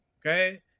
okay